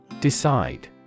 Decide